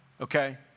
okay